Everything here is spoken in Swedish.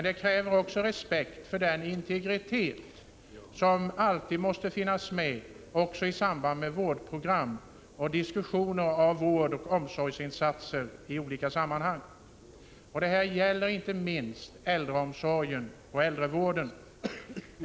Det kräver också respekt för den integritet som alltid måste finnas med isamband med vårdprogram och diskussioner om vårdoch omsorgsinsatser i olika sammanhang. Detta gäller inte minst äldreomsorgen och äldrevården.